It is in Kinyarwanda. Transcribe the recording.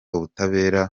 ubutabera